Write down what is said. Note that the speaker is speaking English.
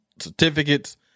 certificates